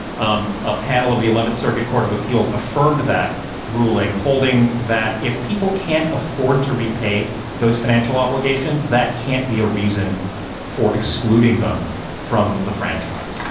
um a panel of the eleventh circuit court of appeals affirmed that ruling, holding that if people can't afford to repay those financial obligations, that can't be a reason for excluding them from the franchise.